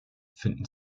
finden